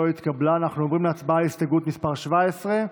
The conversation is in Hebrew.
ההסתייגות (16)